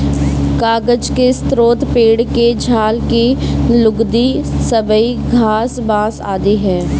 कागज के स्रोत पेड़ के छाल की लुगदी, सबई घास, बाँस आदि हैं